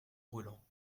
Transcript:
brûlant